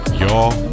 Y'all